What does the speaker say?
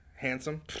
Handsome